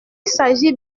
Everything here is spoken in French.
s’agit